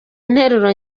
interuro